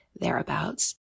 thereabouts